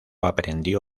aprendió